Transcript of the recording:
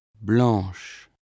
blanche